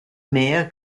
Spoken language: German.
mehr